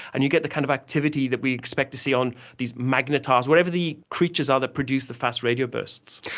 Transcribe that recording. and you get the kind of activity that we expect to see on these magna-tiles, wherever the creatures are that produce the fast radio bursts.